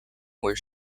where